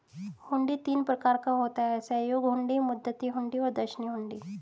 हुंडी तीन प्रकार का होता है सहयोग हुंडी, मुद्दती हुंडी और दर्शनी हुंडी